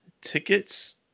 tickets